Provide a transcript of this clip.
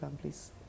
Please